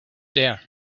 here